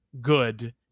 good